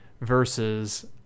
versus